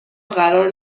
قرار